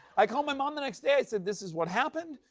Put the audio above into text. i called my mom the next day, i said, this is what happened.